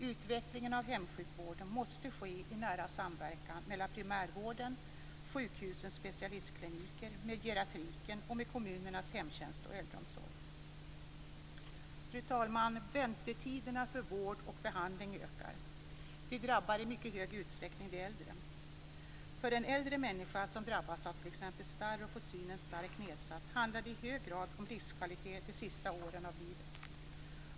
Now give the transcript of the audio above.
Utvecklingen av hemsjukvården måste ske i nära samverkan mellan primärvården, sjukhusens specialistkliniker, med geriatriken och med kommunernas hemtjänst och äldreomsorg. Fru talman! Väntetiderna för vård och behandling ökar. Det drabbar i mycket stor utsträckning de äldre. För en äldre människa som drabbas av t.ex. starr och får synen starkt nedsatt handlar det i hög grad om livskvalitet de sista åren av livet.